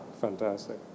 Fantastic